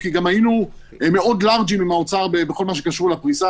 כי היינו מאוד לארג'ים עם האוצר בכל מה שקשור לפריסה,